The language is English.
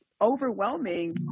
overwhelming